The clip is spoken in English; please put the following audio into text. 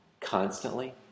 constantly